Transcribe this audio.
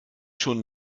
schon